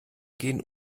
gehen